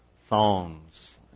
songs